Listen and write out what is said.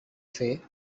say